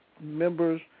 Members